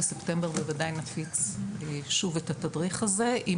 בספטמבר בוודאי נפיץ שוב את התדריך הזה עם